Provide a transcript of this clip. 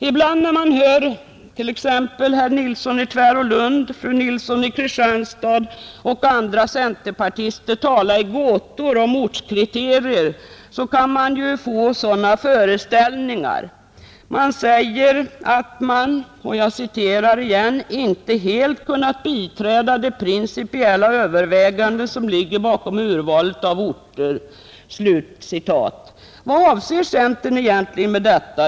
Ibland när man hör herr Nilsson i Tvärålund, fru Nilsson i Kristianstad och andra centerpartister tala i gåtor om ortskriterier, kan man få sådana föreställningar. Det sägs att man ”inte helt kunnat biträda de principiella överväganden som ligger bakom urvalet av orter”. Vad avser centern egentligen med detta?